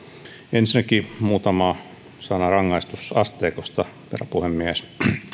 ensinnäkin muutama sana rangaistusasteikosta herra puhemies